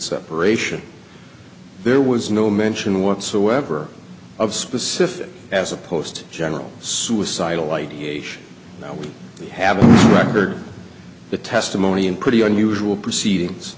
separation there was no mention whatsoever of specific as opposed to general suicidal ideation now we have a record the testimony in pretty unusual proceedings